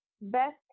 Best